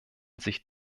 sich